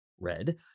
red